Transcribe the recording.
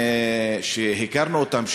שהכרנו אותם,